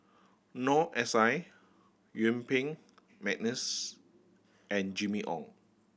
Noor S I Yuen Peng McNeice and Jimmy Ong